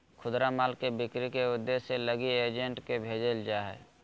खुदरा माल के बिक्री के उद्देश्य लगी एजेंट के भेजल जा हइ